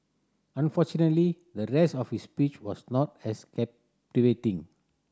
unfortunately the rest of his speech was not as captivating